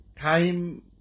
time